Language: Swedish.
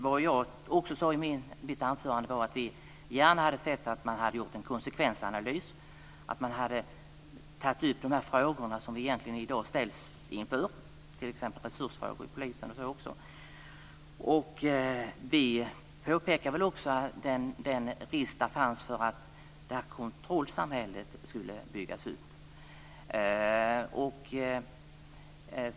Vad jag också sade i mitt anförande var att vi gärna hade sett att man hade gjort en konsekvensanalys och tagit upp de frågor som vi i dag egentligen ställs inför, t.ex. resursfrågor inom polisen. Vi påpekade också den risk som fanns att ett kontrollsamhälle skulle byggas upp.